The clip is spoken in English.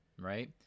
right